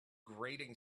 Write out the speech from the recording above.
grating